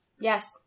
Yes